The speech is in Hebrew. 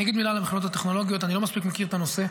אני אגיד לגבי המכללות הטכנולוגיות: אני לא מספיק מכיר את הנושא,